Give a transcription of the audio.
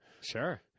Sure